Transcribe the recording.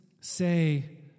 say